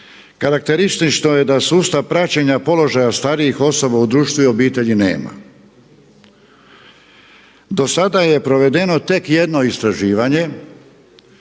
Karakteristično je da sustav praćenja položaja starijih osoba u društvu i obitelji nema. Dosada je provedeno tek jedno istraživanje